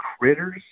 Critters